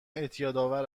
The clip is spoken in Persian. اعتیادآور